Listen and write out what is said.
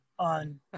on